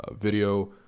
video